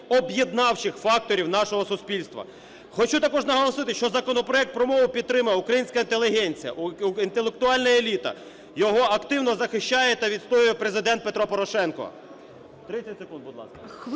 об'єднавчих факторів нашого суспільства. Хочу також наголосити, що законопроект про мову підтримує Українська інтелігенція, інтелектуальна еліта, його активно захищає та відстоює Президент Петро Порошенко.